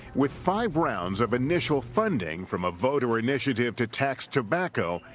with five rounds of initial funding from a voter initiative to tax tobacco,